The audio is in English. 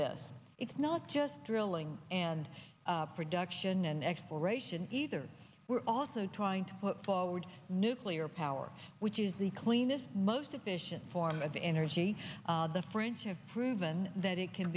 this it's not just drilling and production and exploration either we're also trying to put forward nuclear power which is the cleanest most efficient form of energy the french have proven that it can